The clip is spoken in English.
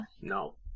No